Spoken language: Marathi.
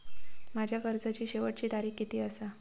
माझ्या कर्जाची शेवटची तारीख किती आसा?